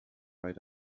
right